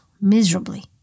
miserably